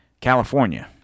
California